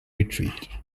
retreat